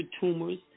tumors